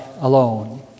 alone